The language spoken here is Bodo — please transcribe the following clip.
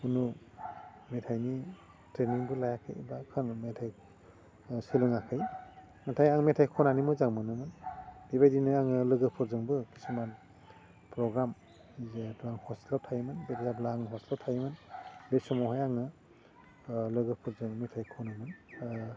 खुनु मेथाइनि ट्रेइनिंबो लायाखै बा खननो मेथाइ सोलोङाखै नाथाय आं मेथाइ खननानै मोजां मोनोमोन बेबायदिनो आङो लोगोफोरजोंबो खिसुमान प्रग्राम जिहेतु आं हस्टेलाव थायोमोन बे जेब्ला आं हस्टेलाव थायोमोन बे समावहाय आङो लोगोफोरजों मेथाइ खनोमोन